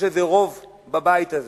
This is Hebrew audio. יש לזה רוב בבית הזה,